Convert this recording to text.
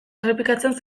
errepikatzen